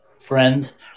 friends